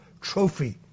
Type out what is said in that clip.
trophy